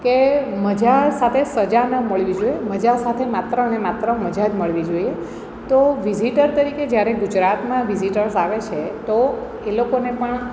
કે મજા સાથે સજા ન મળવી જોએ મજા સાથે માત્રને માત્ર મજા જ મળવી જોઈએ તો વિઝિટર તરીકે જ્યારે ગુજરાતમાં વિઝટર્સ આવે છે તો એ લોકોને પણ